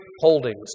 Holdings